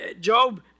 Job